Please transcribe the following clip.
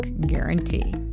guarantee